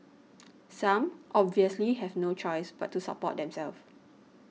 some obviously have no choice but to support themself